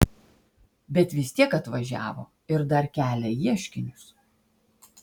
bet vis tiek atvažiavo ir dar kelia ieškinius